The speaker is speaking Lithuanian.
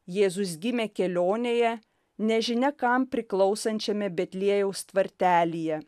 jėzus gimė kelionėje nežinia kam priklausančiame betliejaus tvartelyje